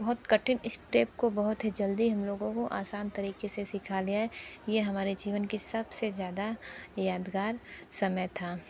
बहुत कठिन इस्टेप को बहुत ही जल्दी हम लोगों को आसान तरीके से सिखा दिया है ये हमारे जीवन की सबसे ज़्यादा यादगार समय था